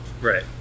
Right